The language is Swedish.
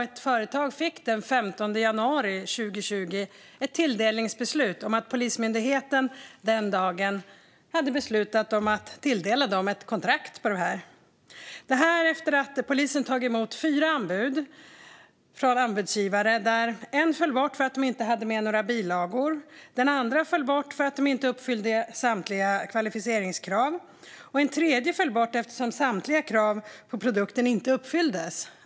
Ett företag fick den 15 januari 2020 ett tilldelningsbeslut; Polismyndigheten hade den dagen beslutat om att tilldela dem ett kontrakt för detta. Polisen hade tagit emot anbud från fyra anbudsgivare. En av dem föll bort för att den inte hade med några bilagor. Den andra föll bort för att den inte uppfyllde samtliga kvalificeringskrav. En tredje föll bort eftersom samtliga krav på produkten inte uppfylldes.